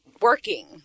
working